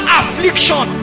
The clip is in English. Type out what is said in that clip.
affliction